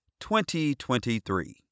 2023